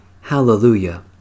Hallelujah